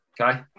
Okay